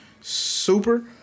Super